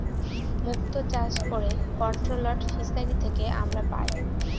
মুক্ত চাষ করে কন্ট্রোলড ফিসারী থেকে আমরা পাই